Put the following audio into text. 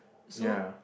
so